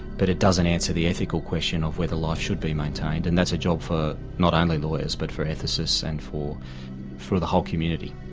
but it doesn't answer the ethical question of whether life should be maintained and that's a job for not only lawyers but for ethicists and for for the whole community.